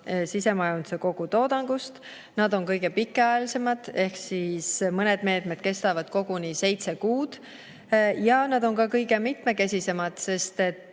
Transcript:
sisemajanduse kogutoodangust, nad on kõige pikaajalisemad, ehk mõned meetmed kestavad koguni seitse kuud, ja nad on ka kõige mitmekesisemad, sest me